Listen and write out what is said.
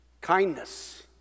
Kindness